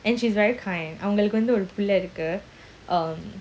and she's very kind அவங்களுக்குவந்துஒருபிள்ளைஇருக்கு:avangaluku vandhu oru pilla iruku um